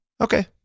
okay